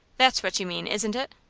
that's what you mean, isn't it?